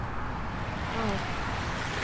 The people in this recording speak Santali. ᱟᱨ